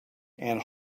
and